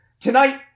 Tonight